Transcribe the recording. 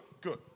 good